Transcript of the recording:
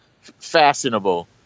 fashionable